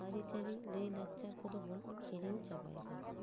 ᱟᱹᱨᱤᱪᱟᱹᱞᱤ ᱞᱟᱹᱭ ᱞᱟᱠᱪᱟᱨ ᱠᱚᱫᱚᱵᱚᱱ ᱦᱤᱲᱤᱧ ᱪᱟᱵᱟᱭᱮᱫᱟ